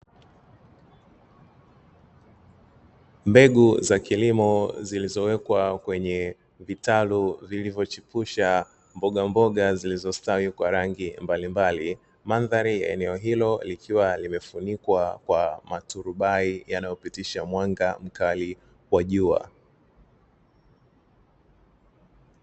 Mbegu za kilimo zilizowekwa kwenye vitalu vilivyochipusha mboga mboga zilizostawi kwa rangi mbalimbali. Mandhari ya eneo hilo likiwa limefunikwa kwa maturubai yanayopitisha mwanga mkali kwa jua.